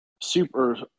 Super